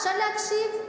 אפשר להקשיב?